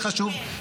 זה נושא חשוב,